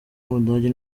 w’umudage